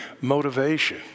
motivation